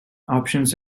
options